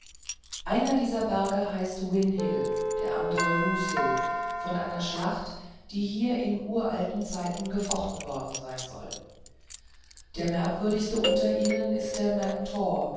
einer dieser berge heißt win hill der andere lose hill von einer schlacht die hier in uralten zeiten gefochten worden sein soll der merkwürdigste unter ihnen ist der